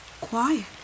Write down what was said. quiet